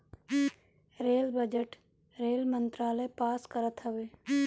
rail budget rail मंत्रालय pass करत हवे